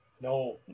no